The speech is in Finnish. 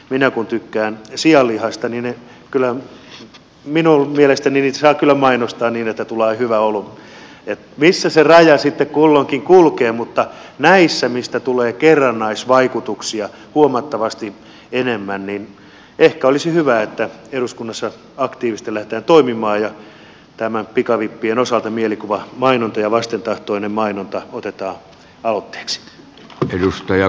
minä kun tykkään sianlihasta niin minun mielestäni sitä saa kyllä mainostaa niin että tulee hyvä olo missä se raja sitten kulloinkin kulkee mutta näissä mistä tulee kerrannaisvaikutuksia huomattavasti enemmän ehkä olisi hyvä että eduskunnassa aktiivisesti lähdetään toimimaan ja pikavippien osalta mielikuvamainonta ja vastentahtoinen mainonta otetaan aloitteeksi